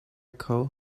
kho